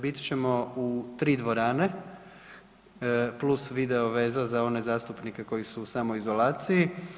Bit ćemo u 3 dvorane + video veza za one zastupnike koji su u samoizolaciji.